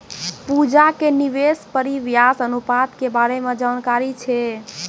पूजा के निवेश परिव्यास अनुपात के बारे मे जानकारी छै